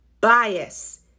bias